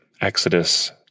Exodus